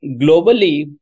globally